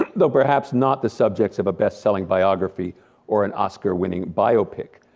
though perhaps not the subjects of a best-selling biography or an oscar-winning bio pic.